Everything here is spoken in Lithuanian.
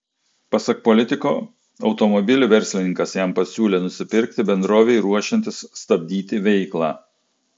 pasak politiko automobilį verslininkas jam pasiūlė nusipirkti bendrovei ruošiantis stabdyti veiklą